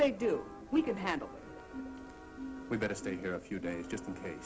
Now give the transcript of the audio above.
they do we can handle we better stay here a few days just in case